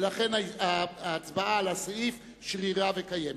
ולכן ההצבעה על הסעיף שרירה וקיימת.